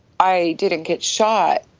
i didn't get shot,